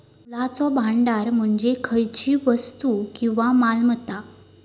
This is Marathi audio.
मूल्याचो भांडार म्हणजे खयचीव वस्तू किंवा मालमत्ता